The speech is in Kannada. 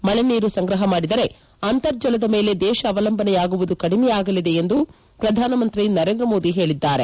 ಮಳೆ ನೀರು ಸಂಗ್ರಹ ಮಾಡಿದರೆ ಅಂತರ್ಜಲದ ಮೇಲೆ ದೇಶ ಅವಲಂಬನೆಯಾಗುವುದು ಕಡಿಮೆಯಾಗಲಿದೆ ಎಂದು ಶ್ರಧಾನಮಂತ್ರಿ ನರೇಂದ್ರ ಮೋದಿ ಹೇಳಿದ್ದಾರೆ